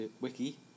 wiki